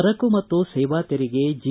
ಸರಕು ಮತ್ತು ಸೇವಾ ತೆರಿಗೆ ಜಿ